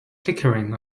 flickering